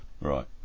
Right